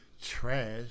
trash